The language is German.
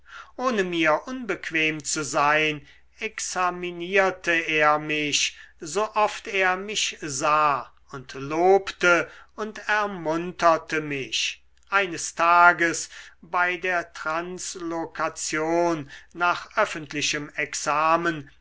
ohne mir unbequem zu sein examinierte er mich so oft er mich sah und lobte und ermunterte mich eines tages bei der translokation nach öffentlichem examen